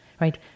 right